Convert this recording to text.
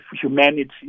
humanity